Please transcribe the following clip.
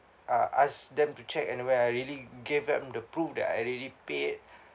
uh ask them to check and where I really give them the proof that I already paid